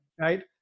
right